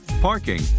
parking